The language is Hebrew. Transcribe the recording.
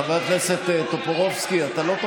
חבר הכנסת מלכיאלי, חבר הכנסת מרגי, אנא,